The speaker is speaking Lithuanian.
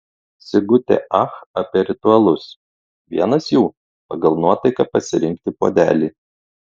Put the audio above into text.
sigutė ach apie ritualus vienas jų pagal nuotaiką pasirinkti puodelį